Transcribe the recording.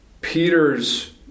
Peter's